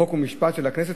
חוק ומשפט של הכנסת,